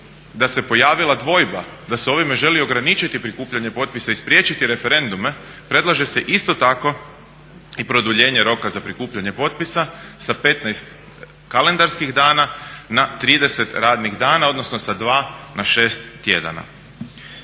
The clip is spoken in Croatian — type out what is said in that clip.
da se pojavila dvojba da se ovime želi ograničiti prikupljanje potpisa i spriječiti referendume predlaže se isto tako i produljenje roka za prikupljanje potpisa sa 15 kalendarskih dana na 30 radnih dana, odnosno sa 2 na 6 tjedana.